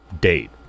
date